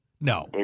No